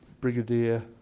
Brigadier